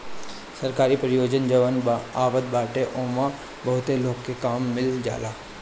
सरकारी परियोजना जवन आवत बाटे ओमे बहुते लोग के काम मिल जाला